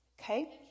Okay